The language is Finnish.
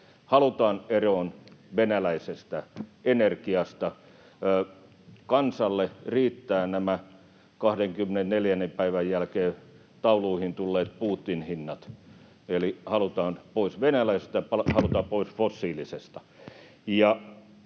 Halutaan eroon venäläisestä energiasta. Kansalle riittävät nämä 24. päivän jälkeen tauluihin tulleet Putin-hinnat, eli halutaan pois venäläisestä, halutaan pois fossiilisesta.